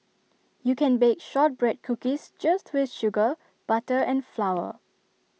you can bake Shortbread Cookies just with sugar butter and flour